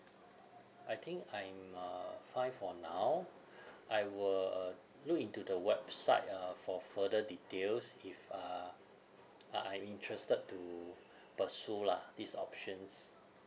I think I'm uh fine for now I will uh look into the website uh for further details if uh uh I'm interested to pursue lah these options